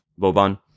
Boban